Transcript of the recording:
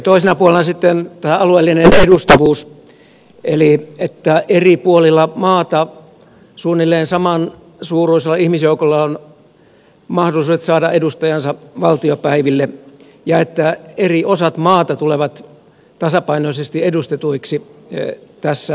toisena puolena on sitten alueellinen edustavuus eli että eri puolilla maata suunnilleen saman suuruisella ihmisjoukolla on mahdollisuudet saada edustajansa valtiopäiville ja että eri osat maata tulevat tasapainoisesti edustetuiksi tässä eduskuntalaitoksessa